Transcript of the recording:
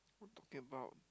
what talking about